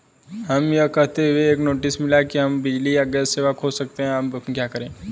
हमें यह कहते हुए एक नोटिस मिला कि हम अपनी बिजली या गैस सेवा खो सकते हैं अब हम क्या करें?